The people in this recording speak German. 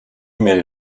mail